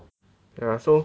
yeah so